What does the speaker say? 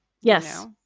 Yes